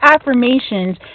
affirmations